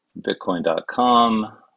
bitcoin.com